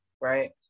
right